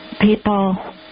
people